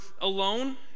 alone